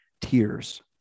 tears